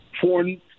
foreign